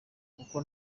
kuko